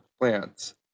plants